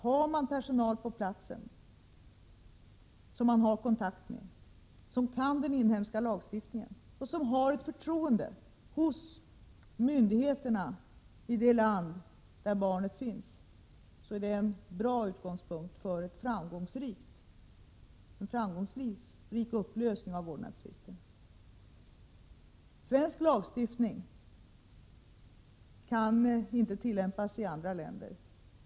Har man tillgång till personal på platsen som kan den inhemska lagstiftningen och har ett förtroende hos myndigheterna i det land där barnen finns, är det en bra utgångspunkt för en Svensk lagstiftning kan inte tillämpas i andra länder.